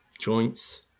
joints